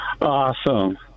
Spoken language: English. Awesome